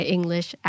English